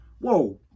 whoa